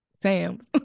Sam's